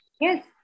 yes